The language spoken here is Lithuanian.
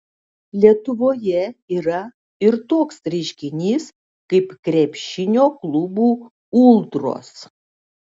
lietuvoje yra ir toks reiškinys kaip krepšinio klubų ultros